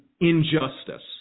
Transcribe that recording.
injustice